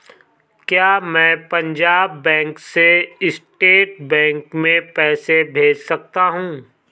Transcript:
क्या मैं पंजाब बैंक से स्टेट बैंक में पैसे भेज सकता हूँ?